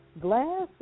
Glass